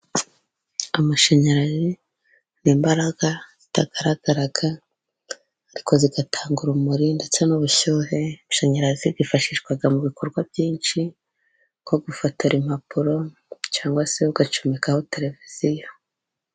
Amashanyarazi ni imbaraga zitagaragara ariko zigatanga urumuri ndetse n'ubushyuhe, ashanyarazi yifashishwa mu bikorwa byinshi nko gufotora impapuro, cyangwa se ugacomekaho tereviziyo.